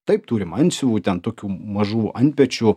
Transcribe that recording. taip turim antsiuvų ten tokių mažų antpečių